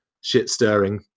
shit-stirring